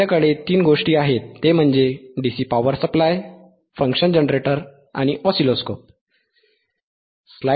आमच्याकडे 3 गोष्टी आहेत ते म्हणजे DC power supply function generator आणि ऑसिलोस्कोप